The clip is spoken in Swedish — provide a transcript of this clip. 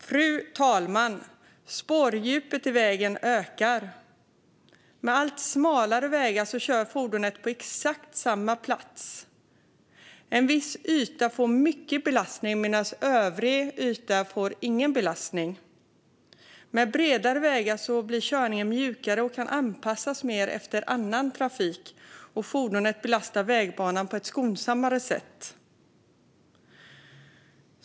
Fru talman! Spårdjupet i vägen ökar. Med allt smalare vägar kör fordonen på exakt samma plats. En viss yta får mycket belastning medan övrig yta inte får någon belastning. Med bredare vägar blir körningen mjukare och kan anpassas mer efter annan trafik, och fordonen belastar vägbanan på ett skonsammare sätt.